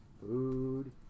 food